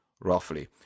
roughly